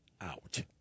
out